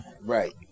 Right